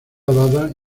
dada